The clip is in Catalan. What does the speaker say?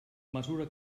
mesura